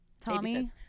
Tommy